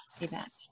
event